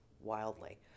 wildly